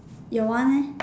your one leh